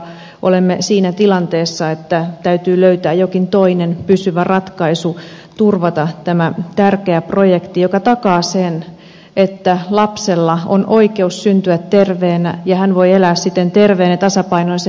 olemme siinä tilanteessa että täytyy löytää jokin toinen pysyvä ratkaisu turvata tämä tärkeä projekti joka takaa sen että lapsella on oikeus syntyä terveenä ja hän voi elää siten terveen ja tasapainoisen elämän